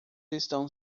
estão